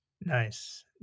Nice